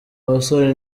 basore